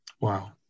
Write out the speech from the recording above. Wow